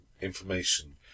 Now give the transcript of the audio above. information